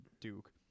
Duke